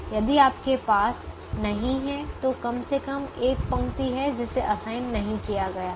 यदि आपके पास नहीं है तो कम से कम एक पंक्ति है जिसे असाइन नहीं किया गया है